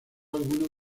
algunos